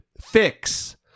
fix